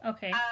Okay